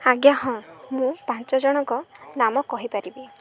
ଆଜ୍ଞା ହଁ ମୁଁ ପାଞ୍ଚ ଜଣଙ୍କ ନାମ କହିପାରିବି